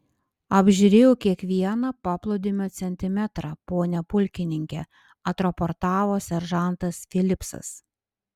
apžiūrėjau kiekvieną paplūdimio centimetrą pone pulkininke atraportavo seržantas filipsas